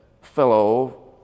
fellow